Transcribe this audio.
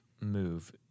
move